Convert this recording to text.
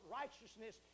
righteousness